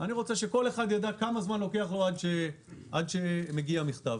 אני רוצה שכל אחד ידע כמה זמן לוקח לו עד שמגיע מכתב.